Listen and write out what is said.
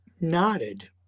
nodded